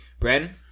Bren